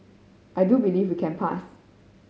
I do believe we can pass